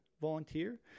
volunteer